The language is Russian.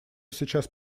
сейчас